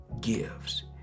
gives